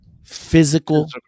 Physical